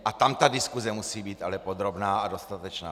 A tam ta diskuse musí být ale podrobná a dostatečná.